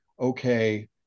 okay